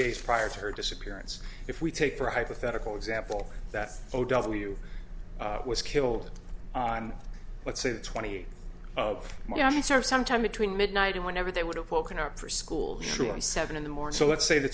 days prior to her disappearance if we take for hypothetical example that o w was killed and let's say that twenty sometime between midnight and whenever they would have woken up for school sure and seven in the morning so let's say the